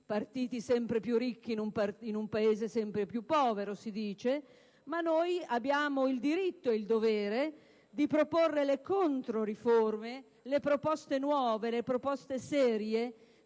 partiti sono sempre più ricchi in un Paese sempre più povero, si dice. Abbiamo il diritto e il dovere di proporre controriforme, proposte nuove e serie